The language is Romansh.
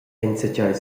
enzatgei